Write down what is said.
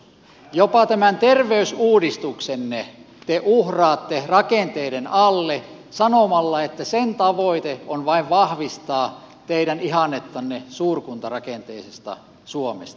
jopa tämän terveysuudistuksenne te uhraatte rakenteiden alle sanomalla että sen tavoite on vain vahvistaa teidän ihannettanne suurkuntarakenteisesta suomesta